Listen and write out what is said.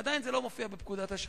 ועדיין זה לא מופיע בפקודת השב"ס.